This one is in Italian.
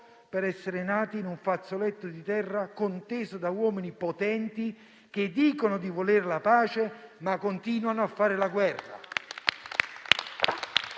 per essere nati in un fazzoletto di terra conteso da uomini potenti che dicono di volere la pace, ma continuano a fare la guerra.